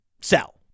sell